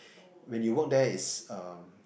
when you work there it's um